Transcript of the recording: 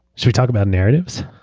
we talk about narratives?